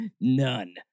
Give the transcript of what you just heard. None